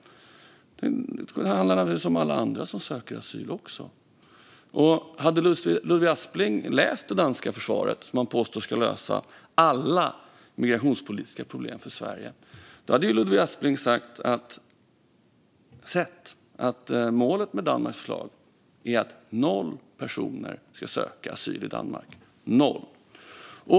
Det handlar naturligtvis också om alla andra som söker asyl. Om Ludvig Aspling hade läst det danska förslaget, som han påstår ska lösa alla migrationspolitiska problem för Sverige, hade Ludvig Aspling sett att målet med Danmarks förslag är att noll personer ska söka asyl i Danmark. Noll!